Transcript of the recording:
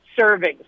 servings